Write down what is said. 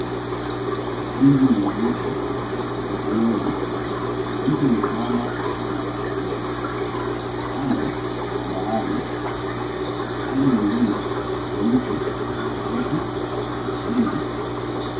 Mawingu ni nyeupe, ni jioni, kuna mtu amesiama juu ya mchanga mweupe, kando kuna bahari, pande nyingine kuna miti mirefi na ingine mifupi.